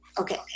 okay